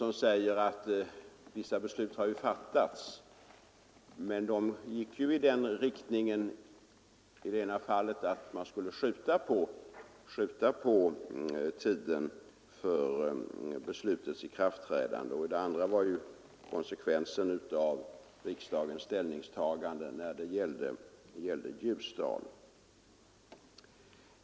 Hon säger att vissa beslut har fattats — men i det ena fallet gick beslutet i den riktningen att man skulle skjuta på tidpunkten för beslutets ikraftträdande; i det andra fallet var beslutet en konsekvens av riksdagens ställningstagande när det gällde Ljusdal.